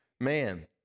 man